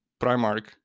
Primark